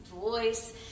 voice